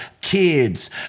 kids